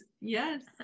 yes